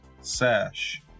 Sash